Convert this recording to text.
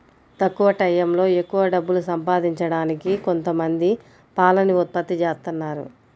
తక్కువ టైయ్యంలో ఎక్కవ డబ్బులు సంపాదించడానికి కొంతమంది పాలని ఉత్పత్తి జేత్తన్నారు